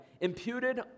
imputed